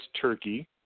Turkey